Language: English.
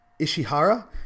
Ishihara